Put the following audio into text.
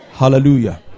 Hallelujah